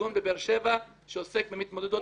ארגון בבאר שבע שעוסק במתמודדות זנות.